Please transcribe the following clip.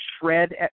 shred